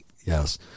yes